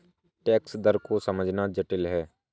tax दर को समझना जटिल है